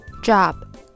Job